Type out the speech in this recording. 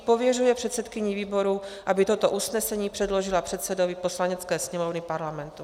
Pověřuje předsedkyni výboru, aby toto usnesení předložila předsedovi Poslanecké sněmovny Parlamentu.